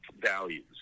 values